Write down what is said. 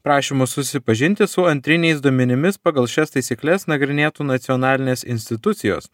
prašymus susipažinti su antriniais duomenimis pagal šias taisykles nagrinėtų nacionalinės institucijos